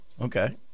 okay